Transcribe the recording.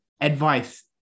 advice